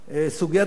סוגיית החניות,